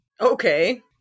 Okay